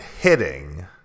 hitting